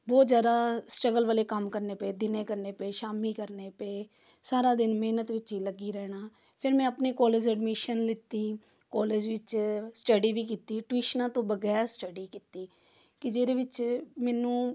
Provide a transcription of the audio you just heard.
ਬਹੁਤ ਜ਼ਿਆਦਾ ਸਟਰਗਲ ਵਾਲੇ ਕੰਮ ਕਰਨੇ ਪਏ ਦਿਨੇ ਕਰਨੇ ਪਏ ਸ਼ਾਮੀ ਕਰਨੇ ਪਏ ਸਾਰਾ ਦਿਨ ਮਿਹਨਤ ਵਿੱਚ ਹੀ ਲੱਗੀ ਰਹਿਣਾ ਫਿਰ ਮੈਂ ਆਪਣੇ ਕੋਲਜ ਐਡਮਿਸ਼ਨ ਲਿਤੀ ਕੋਲਜ ਵਿੱਚ ਸਟੱਡੀ ਵੀ ਕੀਤੀ ਟਿਊਸ਼ਨਾਂ ਤੋਂ ਵਗੈਰ ਸਟੱਡੀ ਕੀਤੀ ਕਿ ਜਿਹਦੇ ਵਿੱਚ ਮੈਨੂੰ